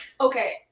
Okay